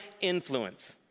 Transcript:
influence